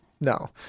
No